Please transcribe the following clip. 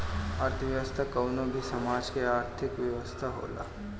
अर्थव्यवस्था कवनो भी समाज के आर्थिक व्यवस्था होला